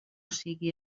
siga